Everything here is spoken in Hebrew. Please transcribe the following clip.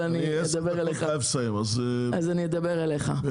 אז אני אדבר אליך.